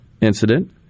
incident